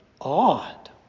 odd